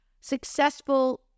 successful